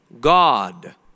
God